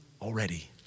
already